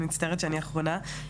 אני מצטערת שאני אחרונה.